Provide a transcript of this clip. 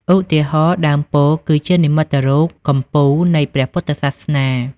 ឧទាហរណ៍ ដើមពោធិ៍គឺជានិមិត្តរូបកំពូលនៃ ព្រះពុទ្ធសាសនា។